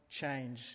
change